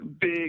big